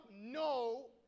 no